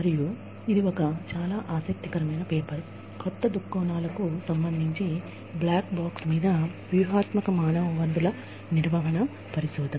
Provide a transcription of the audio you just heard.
మరియు ఇది చాలా ఆసక్తికరమైన పేపర్ కొత్త దృక్కోణాలకు సంబంధించి బ్లాక్ బాక్స్ మీద వ్యూహాత్మక మానవ వనరుల నిర్వహణ పరిశోధన